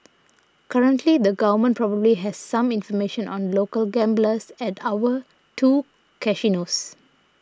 currently the government probably has some information on local gamblers at our two casinos